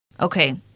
Okay